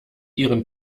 ihren